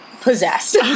possessed